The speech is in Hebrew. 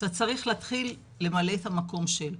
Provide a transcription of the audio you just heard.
אתה צריך להתחיל למלא את המקום של.